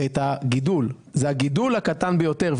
הוא הקטן ביותר.